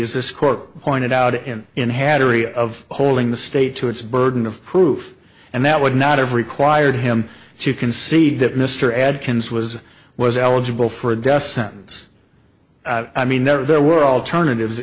is this court pointed out and in hattery of holding the state to its burden of proof and that would not have required him to concede that mr adkins was was eligible for a death sentence i mean there were alternatives